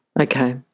Okay